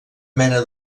mena